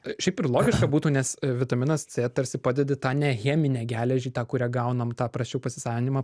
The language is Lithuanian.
šiaip ir logiška būtų nes vitaminas c tarsi padedi tą ne cheminę geležį tą kurią gaunam tą prasčiau pasisavinimą